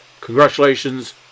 Congratulations